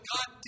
God